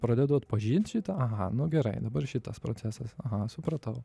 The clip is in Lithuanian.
pradedu atpažint šį tą aha nu gerai dabar šitas procesas aha supratau